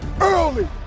early